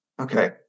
okay